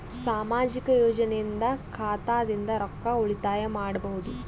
ಸಾಮಾಜಿಕ ಯೋಜನೆಯಿಂದ ಖಾತಾದಿಂದ ರೊಕ್ಕ ಉಳಿತಾಯ ಮಾಡಬಹುದ?